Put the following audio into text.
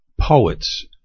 poets